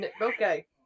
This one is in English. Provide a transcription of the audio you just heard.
Okay